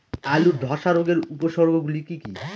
আলুর ধ্বসা রোগের উপসর্গগুলি কি কি?